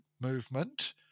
movement